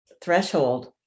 threshold